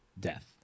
death